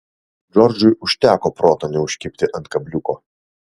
džordžui užteko proto neužkibti ant kabliuko